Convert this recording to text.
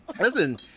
Listen